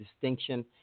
distinction